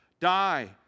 Die